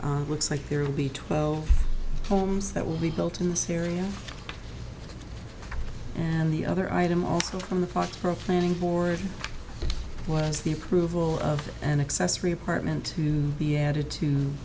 on looks like there will be twelve homes that will be built in this area and the other item also from the parts for a planning board was the approval of an accessory apartment to be added to